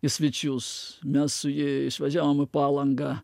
į svečius mes su ji išvažiavom į palangą